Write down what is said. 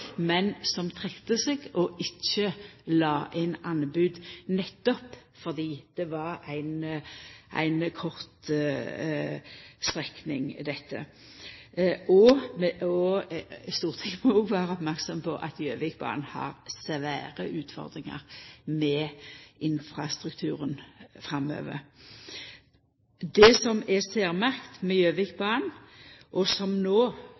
men som trekte seg og ikkje la inn anbod, nettopp fordi dette var ei kort strekning. Stortinget må òg vera merksam på at Gjøvikbanen har svære utfordringar med infrastrukturen framover. Det som er særmerkt med Gjøvikbanen, og som